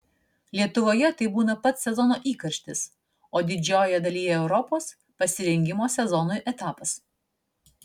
lietuvoje tai būna pats sezono įkarštis o didžiojoje dalyje europos pasirengimo sezonui etapas